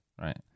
right